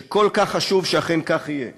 שכל כך חשוב שאכן כך יהיה